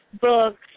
books